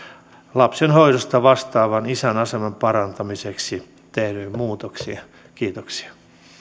lapsen hoidosta vastaavan isän aseman parantamiseksi tehdyt muutokset kiitoksia